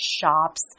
shops